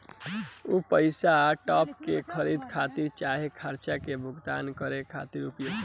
उ पइसा स्टॉक के खरीदे खातिर चाहे खर्चा के भुगतान करे खातिर उपयोग करेला